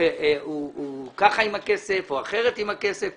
שהוא כך עם הכסף או אחרת עם הכסף.